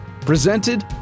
presented